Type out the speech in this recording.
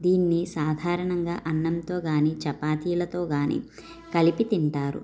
దీనిని సాధారణంగా అన్నంతో కానీ చపాతీలతో కానీ కలిపి తింటారు